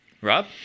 Rob